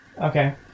Okay